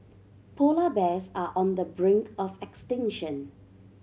polar bears are on the brink of extinction